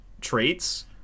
traits